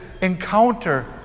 encounter